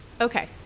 Okay